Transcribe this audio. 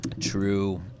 True